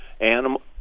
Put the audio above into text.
animal